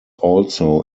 also